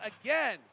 again